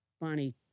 Bonnie